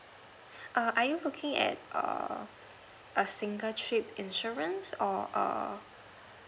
err are you looking at err a single trip insurance or a